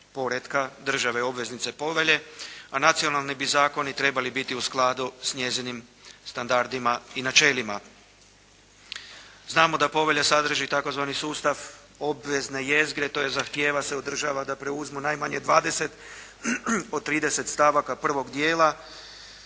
poretka države obveznice povelje, a nacionalni bi zakoni trebali biti u skladu sa njezinim standardima i načelima. Znamo da povelja sadrži tzv. sustav obvezne jezgre, tj. zahtijeva se od država da preuzmu najmanje 20 od 30 stavaka prvog dijela.